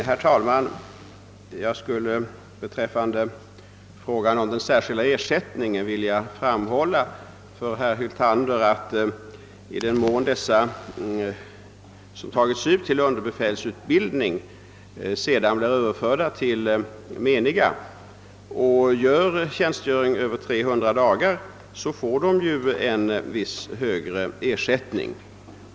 Herr talman! Beträffande frågan om den särskilda ersättningen vill jag upplysa herr Hyltander om att i den mån de värnpliktiga som tagits ut till underbefälsutbildning sedan överförts till meniga och då fullgör tjänstgöring över 300 dagar får de en högre dagsersättning.